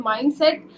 Mindset